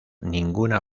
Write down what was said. ninguna